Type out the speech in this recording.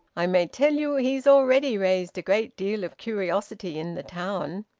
i may tell you he's already raised a great deal of curiosity in the town.